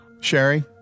Sherry